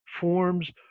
forms